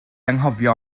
anghofio